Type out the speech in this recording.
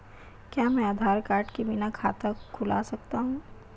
क्या मैं आधार कार्ड के बिना खाता खुला सकता हूं?